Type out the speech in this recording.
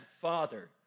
Father